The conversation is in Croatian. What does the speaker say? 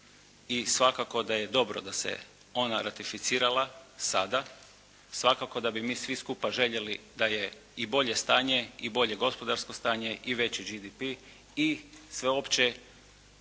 i svakako da je dobro da se ona ratificirala sada, svakako da bi mi svi skupa željeli da je i bolje stanje i bolje gospodarsko stanje i veći GDP i sveopće